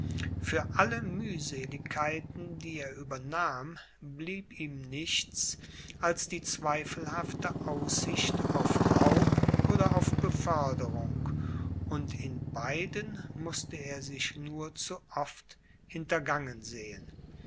für alle mühseligkeiten die er übernahm blieb ihm nichts als die zweifelhafte aussicht auf raub oder auf beförderung und in beiden mußte er sich nur zu oft hintergangen sehen